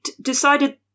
decided